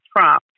Trump